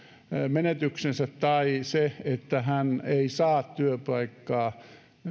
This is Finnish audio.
menetyksensä tai se että hän ei saa työpaikkaa